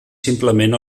simplement